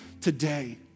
today